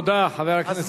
תודה, חבר הכנסת זאב.